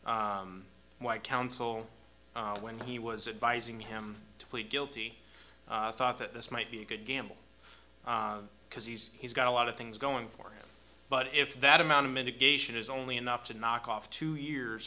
my counsel when he was advising him to plead guilty thought that this might be a good gamble because he's he's got a lot of things going for him but if that amount of mitigation is only enough to knock off two years